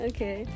Okay